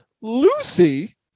Lucy